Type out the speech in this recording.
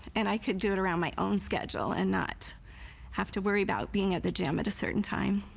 and i could do it around my own schedule and not have to worry about being at the gym at a certain time.